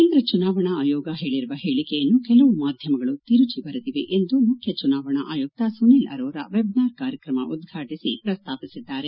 ಕೇಂದ್ರ ಚುನಾವಣಾ ಆಯೋಗ ಹೇಳಿರುವ ಹೇಳಿಕೆಯನ್ನು ಕೆಲವು ಮಾಧ್ಯಮಗಳು ತಿರುಚಿ ಬರೆದಿದ್ದಾರೆ ಎಂದು ಮುಖ್ಯ ಚುನಾವಣಾ ಆಯುಕ್ತ ಸುನೀಲ್ ಅರೋರ ವೆಬ್ನಾರ್ ಕಾರ್ಯಕ್ರಮ ಉದ್ಘಾಟಿಸಿ ಈ ವಿಷಯ ಪ್ರಸ್ತಾಪಿಸಿದರು